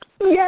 Yes